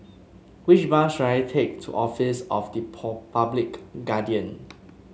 which bus should I take to Office of the Public Guardian